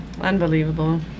Unbelievable